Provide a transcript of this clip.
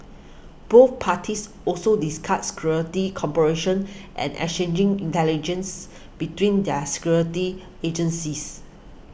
both parties also discussed security cooperation and exchanging intelligence between their security agencies